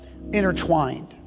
intertwined